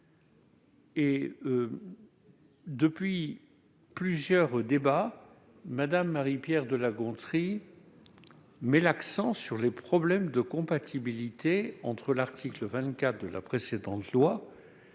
Depuis plusieurs semaines, Mme Marie-Pierre de La Gontrie met l'accent sur les problèmes de compatibilité entre l'article 24 de la précédente loi et l'article